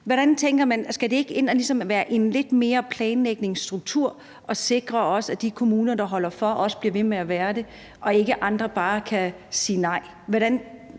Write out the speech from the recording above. Hvordan tænker man det? Skal det ikke ind og ligesom være lidt mere af en planlægningsstruktur, som også sikrer, at de kommuner, der holder for, også bliver ved med at være der, og at andre ikke bare kan sige nej?